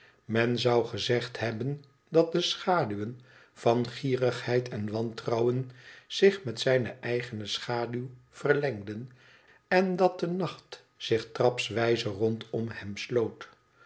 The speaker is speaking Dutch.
men zou gezegd hebben dat de schaduwen van gierigheid en wantrouwen zich met zijne eigene schaduw verlengden en dat de nacht zich trapswijze rondom hem sloot